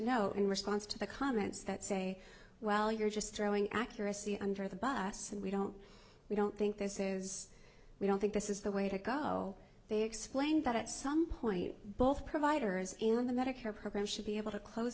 note in response to the comments that say well you're just throwing accuracy under the bus and we don't we don't think this is we don't think this is the way to go they explained that at some point both providers in the medicare program should be able to close